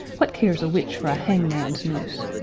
what cares a witch for a hangman's noose?